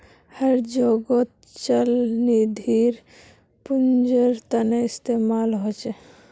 हर जोगोत चल निधिर पुन्जिर तने इस्तेमाल होचे